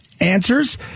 answers